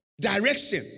direction